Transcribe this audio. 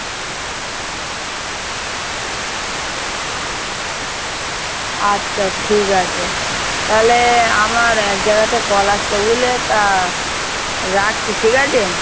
আচ্ছা ঠিক আছে তাহলে আমার এক জায়গা থেকে কল আসছে বুঝলে তা রাখছি ঠিক আছে